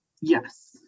Yes